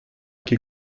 ket